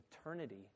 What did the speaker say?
eternity